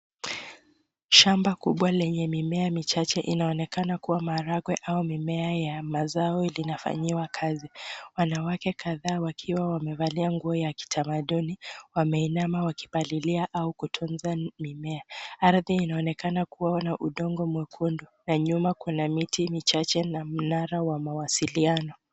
Shamba kubwa lenye mimea michache, inaonekana kuwa maharagwe au mimea ya mazao linafanyiwa kazi. Wanawake kadhaa wakiwa wamevalia nguo ya kitamaduni wameinama wakipalilia au kutunza mimea. Ardhi inaonekana kuwa na udongo mwekundu na nyuma kuna miti michache na mnara wa mawasiliano.